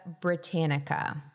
Britannica